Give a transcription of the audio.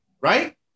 right